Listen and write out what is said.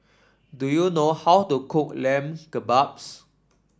do you know how to cook Lamb Kebabs